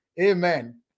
Amen